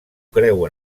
creu